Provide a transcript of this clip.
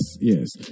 Yes